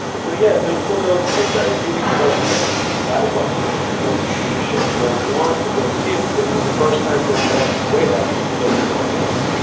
and so yeah, so it was one of those things. i really put my life on ah the line for this for these shows. and i wanted to go see it because it was the first time going back to kuwait after we fled the gulf war,